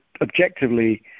objectively